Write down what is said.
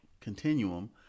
continuum